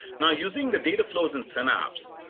now, using the data flows in synapse,